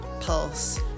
pulse